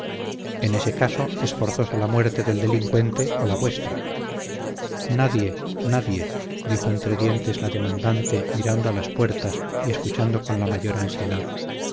en ese caso es forzosa la muerte del delincuente o la vuestra nadie nadie dijo entre dientes la demandante mirando a las puertas y escuchando con la mayor ansiedad